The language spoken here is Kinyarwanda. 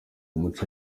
muco